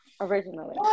originally